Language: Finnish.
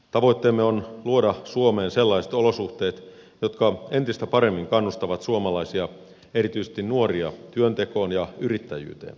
tavoitteemme on luoda suomeen sellaiset olosuhteet jotka entistä paremmin kannustavat suomalaisia erityisesti nuoria työntekoon ja yrittäjyyteen